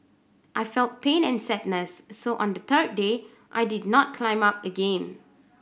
I felt pain and sadness so on the third day I did not not climb up again